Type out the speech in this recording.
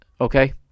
Okay